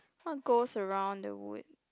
what goes around the wood